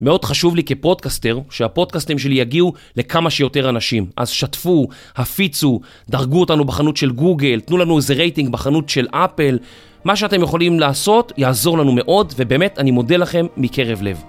מאוד חשוב לי כפודקאסטר שהפודקאסטים שלי יגיעו לכמה שיותר אנשים. אז שתפו, הפיצו, דרגו אותנו בחנות של גוגל, תנו לנו איזה רייטינג בחנות של אפל. מה שאתם יכולים לעשות יעזור לנו מאוד, ובאמת אני מודה לכם מקרב לב.